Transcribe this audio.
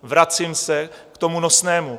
Vracím se k tomu nosnému.